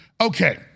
Okay